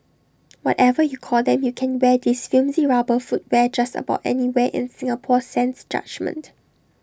whatever you call them you can wear this flimsy rubber footwear just about anywhere in Singapore sans judgement